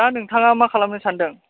दा नोंथाङा मा खालामनो सान्दों